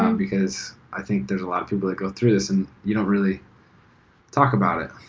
um because i think there's a lot of people that go through this and you don't really talk about it.